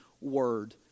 word